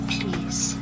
Please